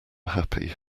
happy